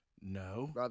No